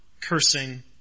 cursing